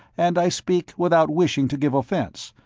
and i speak without wishing to give offense,